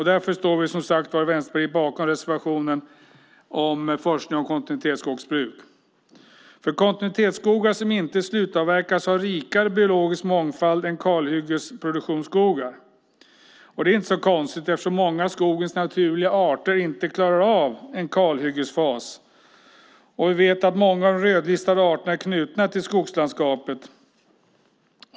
Därför står vi i Vänsterpartiet bakom reservationen om forskning om kontinuitetsskogsbruk. Kontinuitetsskogar som inte slutavverkats har rikare biologisk mångfald än kalhyggesproduktionsskogar. Det är inte så konstigt eftersom många av skogens naturliga arter inte klarar av en kalhyggesfas. Vi vet att många av de rödlistade arterna är knutna till skogslandskapet.